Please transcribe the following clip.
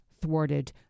thwarted